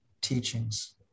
teachings